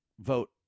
vote